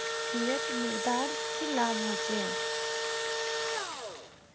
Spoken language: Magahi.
फिएट मुद्रार की लाभ होचे?